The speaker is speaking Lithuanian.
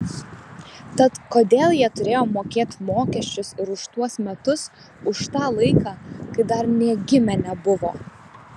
tad kodėl jie turėjo mokėt mokesčius ir už tuos metus už tą laiką kai dar nė gimę nebuvo